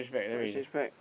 must exchange back